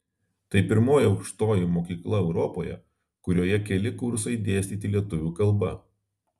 tai pirmoji aukštoji mokykla europoje kurioje keli kursai dėstyti lietuvių kalba